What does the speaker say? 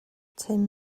tim